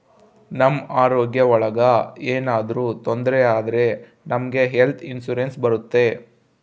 ನಮ್ ಆರೋಗ್ಯ ಒಳಗ ಏನಾದ್ರೂ ತೊಂದ್ರೆ ಆದ್ರೆ ನಮ್ಗೆ ಹೆಲ್ತ್ ಇನ್ಸೂರೆನ್ಸ್ ಬರುತ್ತೆ